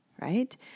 right